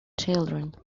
children